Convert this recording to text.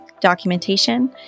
documentation